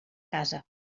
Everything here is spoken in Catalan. casa